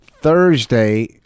Thursday